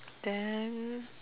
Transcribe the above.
then